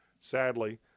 Sadly